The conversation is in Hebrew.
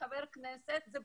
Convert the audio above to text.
זה בסדר,